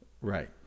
Right